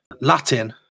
Latin